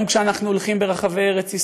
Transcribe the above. היום, כשאנחנו הולכים ברחבי ארץ ישראל,